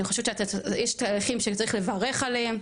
אני חושבת שיש תהליכים שצריך לברך עליהם.